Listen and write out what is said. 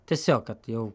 tiesiog kad jau